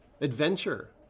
adventure